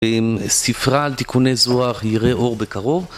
ספרה על תיקוני זוהר יראה אור בקרוב